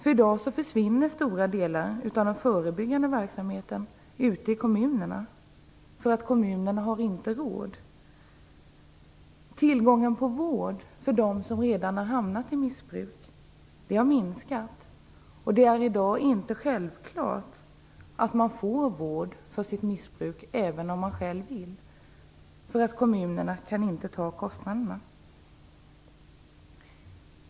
I dag försvinner stora delar av den förebyggande verksamheten ute i kommunerna på grund av att kommunerna inte har råd. Tillgången på vård för dem som redan har hamnat i missbruk har minskat. I dag är det inte självklart att man får vård för sitt missbruk, även om man själv vill det eftersom kommunerna inte kan ta kostnaderna för detta.